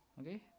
Okay